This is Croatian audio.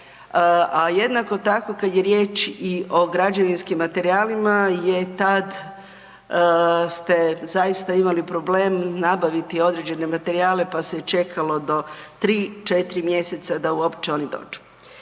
A jednako tako kad je riječ i o građevinskim materijala jer tad ste zaista imali problem nabaviti određene materijale, pa se je čekalo do 3-4 mjeseca da uopće oni dođu.